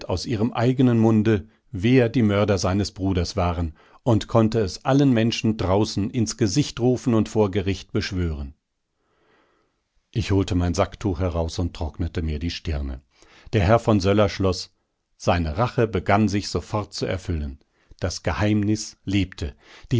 aus ihrem eigenen munde wer die mörder seines bruders waren und konnte es allen menschen draußen lns gesicht rufen und vor gericht beschwören ich holte mein sacktuch heraus und trocknete mir die stirne der herr von söller schloß seine rache begann sich sofort zu erfüllen das geheimnis lebte